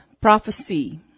prophecy